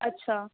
اچھا